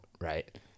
right